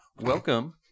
welcome